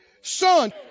son